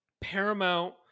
Paramount